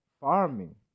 farming